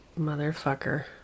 motherfucker